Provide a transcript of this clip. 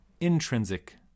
intrinsic